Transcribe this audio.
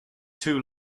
too